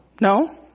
No